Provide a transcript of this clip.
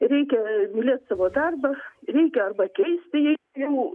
reikia mylėt savo darbą reikia arba keisti jei jau